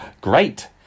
Great